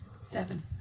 seven